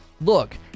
look